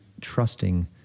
trusting